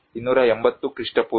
ಪೂ